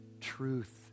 truth